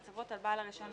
לצוות על בעל הרישיון,